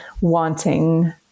wanting